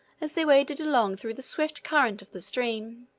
as they waded along through the swift current of the stream.